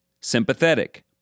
sympathetic